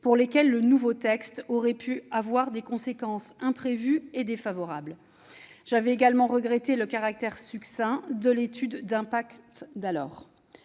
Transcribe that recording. pour lesquels le nouveau texte aurait pu avoir des conséquences imprévues et défavorables. J'avais également regretté le caractère succinct de l'étude d'impact d'alors.